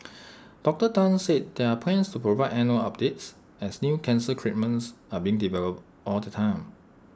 Doctor Tan said there are plans to provide annual updates as new cancer treatments are being developed all the time